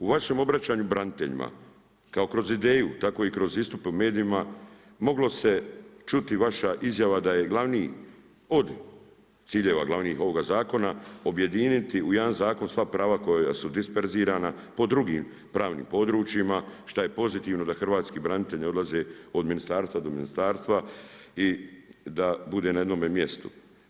U vašem obraćanju braniteljima kao kroz ideju tako i kroz istupe u medijima mogla se čuti vaša izjava da je glavni od ciljeva glavnih ovoga zakona objediniti u jedan zakon sva prava koja su disperzirana po drugim pravnim područjima šta je pozitivno da hrvatski branitelji ne odlaze od ministarstva do ministarstva i da bude na jednom mjestu.